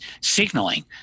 signaling